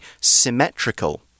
symmetrical